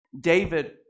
david